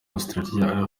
australia